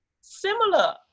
similar